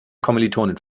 kommilitonin